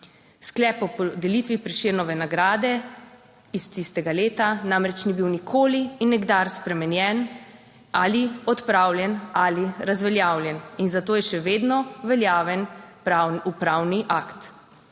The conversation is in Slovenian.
Sklep o podelitvi Prešernove nagrade iz tistega leta namreč ni bil nikoli in nikdar spremenjen ali odpravljen ali razveljavljen in zato je še vedno veljaven pravni akt.